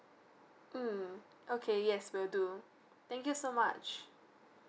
mm okay yes will do thank you so much